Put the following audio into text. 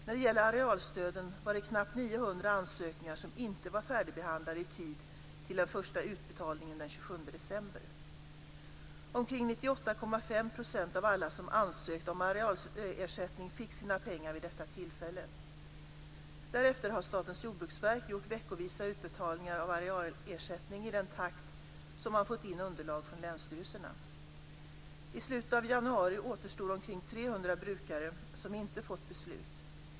När det gäller arealstöden var det knappt 900 ansökningar som inte var färdigbehandlade i tid till den första utbetalningen den 27 Därefter har Statens jordbruksverk gjort veckovisa utbetalningar av arealersättning i den takt som man fått in underlag från länsstyrelserna. I slutet av januari återstod omkring 300 brukare som inte fått beslut.